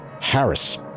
Harris